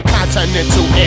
Continental